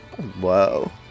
whoa